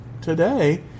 today